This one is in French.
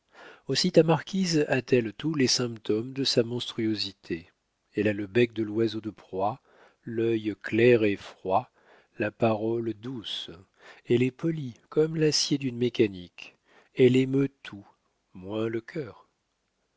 aussi ta marquise a-t-elle tous les symptômes de sa monstruosité elle a le bec de l'oiseau de proie l'œil clair et froid la parole douce elle est polie comme l'acier d'une mécanique elle émeut tout moins le cœur